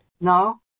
No